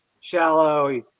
shallow